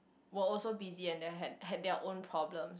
were also busy and they had had their own problem